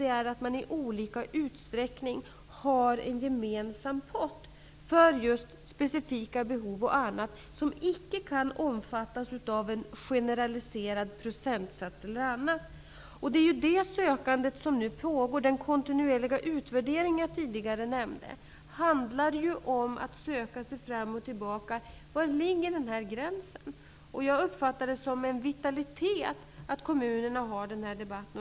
De har i olika utsträckning en gemensam pott för just specifika behov och annat som icke kan omfattas av en generaliserad procentsats e.d. Detta sökande pågår nu. Den kontinuerliga utvärdering jag tidigare nämnde handlar ju om att söka sig fram och tillbaka för att se var gränsen ligger. Jag uppfattar det som en vitalitet att kommunerna för den här debatten.